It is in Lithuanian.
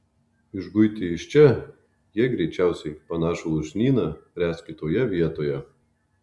išguiti iš čia jie greičiausiai panašų lūšnyną ręs kitoje vietoje